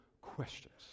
questions